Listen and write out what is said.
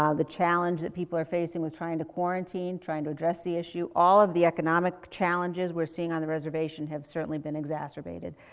the challenge that people are facing with trying to quarantine, trying to address the issue. all of the economic challenges we're seeing on the reservation have certainly been exacerbated.